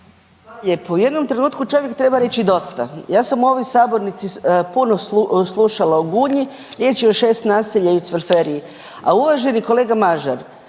U jednom trenutku čovjek treba reći dosta. Ja sam u ovoj sabornici puno slušala o Gunji. Riječ je o 6 naselja u Cvelferiji. A uvaženi kolega Mažar,